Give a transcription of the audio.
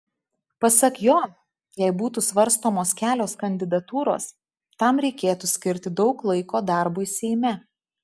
pasak jo jei būtų svarstomos kelios kandidatūros tam reikėtų skirti daug laiko darbui seime